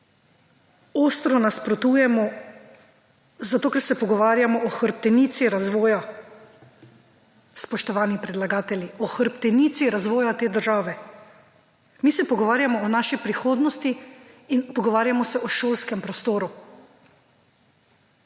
ostro nasprotujemo zato, ker se pogovarjamo o hrbtenici razvoja, spoštovani predlagatelji, o hrbtenici razvoja te države, mi se pogovarjamo o naši prihodnosti in pogovarjamo se o šolskem prostoru,